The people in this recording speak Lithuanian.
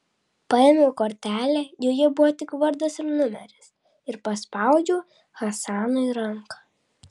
paėmiau kortelę joje buvo tik vardas ir numeris ir paspaudžiau hasanui ranką